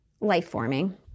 life-forming